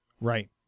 Right